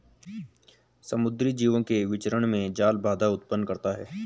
समुद्री जीवों के विचरण में जाल बाधा उत्पन्न करता है